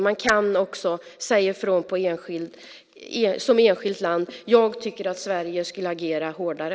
Man kan också säga ifrån som enskilt land. Jag tycker att Sverige skulle agera hårdare.